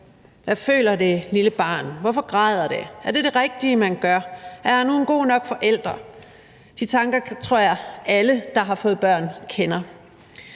Hvad føler det lille barn? Hvorfor græder det? Er det det rigtige, man gør? Er jeg nu en god nok forælder? De tanker tror jeg alle, der har fået børn, kender.